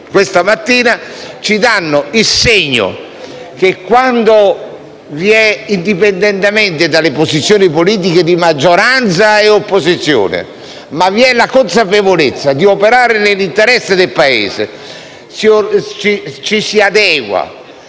questa mattina dimostrano che, quando vi è, indipendentemente dalla posizioni politiche di maggioranza e opposizione, la consapevolezza di operare nell'interesse del Paese, ci si adegua